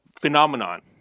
phenomenon